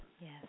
yes